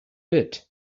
bit